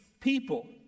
people